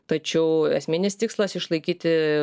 tačiau esminis tikslas išlaikyti